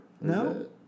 No